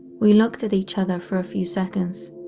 we looked at each other for a few seconds,